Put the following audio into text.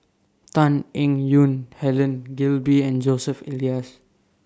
Tan Eng Yoon Helen Gilbey and Joseph Elias